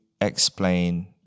explain